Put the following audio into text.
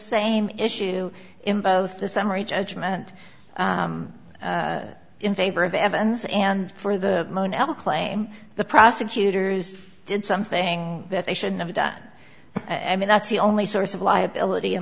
same issue in both the summary judgment in favor of evans and for the now claim the prosecutors did something that they should never done i mean that's the only source of liability